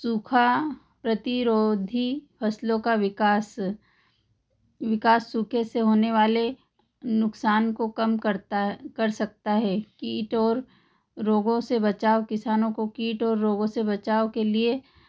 सूखा प्रतिरोधी फसलों का विकास विकास सूखे से होने वाले नुकसान को कम करता है कर सकता है कीट और रोगों से बचाव किसानों को कीट और रोगों से बचाव के लिए